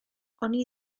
oni